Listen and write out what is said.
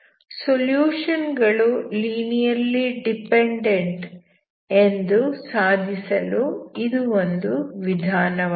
solution ಗಳು linearly dependent ಎಂದು ಸಾಧಿಸಲು ಇದು ಒಂದು ವಿಧಾನವಾಗಿದೆ